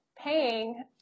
paying